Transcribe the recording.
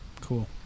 Cool